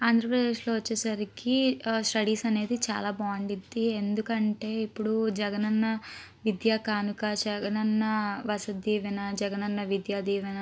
ఆంధ్రప్రదేశ్లో వచ్చేసరికి స్టడీస్ అనేది చాలా బావుండిద్ది ఎందుకంటే ఇప్పుడు జగనన్న విద్యా కానుక జగనన్న వసతి దీవెన జగనన్న విద్యా దీవెన